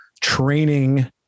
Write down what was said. training